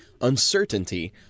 uncertainty